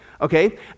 Okay